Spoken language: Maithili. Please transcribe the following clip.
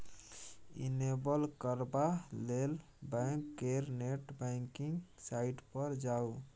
इनेबल करबा लेल बैंक केर नेट बैंकिंग साइट पर जाउ